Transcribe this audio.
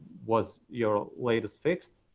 was your latest fix,